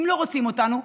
אם לא רוצים אותנו,